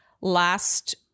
last